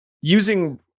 using